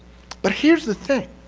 but here's the thing.